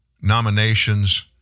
nominations